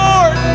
Lord